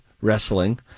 wrestling